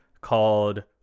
called